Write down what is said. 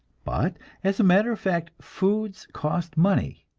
but as a matter of fact, foods cost money,